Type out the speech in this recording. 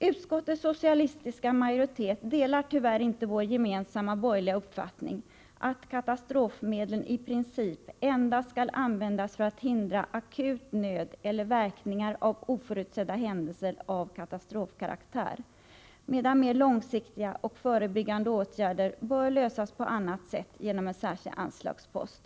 Utskottets socialistiska majoritet delar tyvärr inte vår gemensamma borgerliga uppfattning att katastrofmedlen i princip endast skall användas för att hindra akut nöd eller verkningar av oförutsedda händelser av katastrofkaraktär, medan mer långsiktiga och förebyggande åtgärder bör klaras på annat sätt, genom en särskild anslagspost.